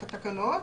את התקנות,